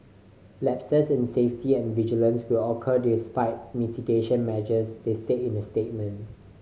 lapses in safety and vigilance will occur despite mitigation measures they said in a statement